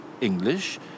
English